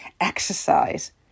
Exercise